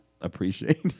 appreciate